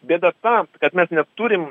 bėda ta kad mes neturim